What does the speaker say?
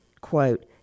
quote